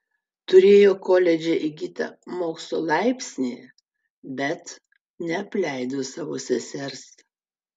turėjo koledže įgytą mokslo laipsnį bet neapleido savo sesers